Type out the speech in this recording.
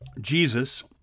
Jesus